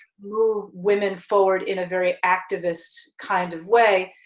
move women forward in a very activist kind of way,